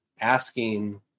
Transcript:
asking